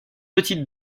petite